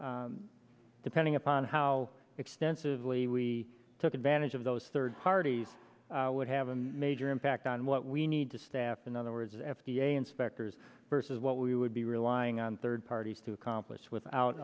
and depending upon how extensively we took advantage of those third parties would have a major impact on what we need to staff in other words f d a inspectors versus what we would be relying on third parties to accomplish without